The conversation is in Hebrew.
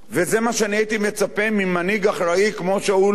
הייתי מצפה ממנהיג אחראי כמו שאול מופז,